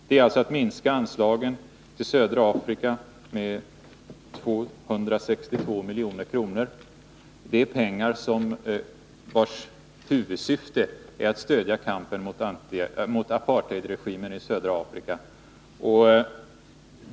Man vill minska LS : ES : E Onsdagen den anslagen till södra Afrika med 262 milj.kr., och det är pengar vilkas & ER ; å SE . 5 maj 1982 huvudsyfte är att stödja kampen mot apartheidregimen i södra Afrika.